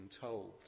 told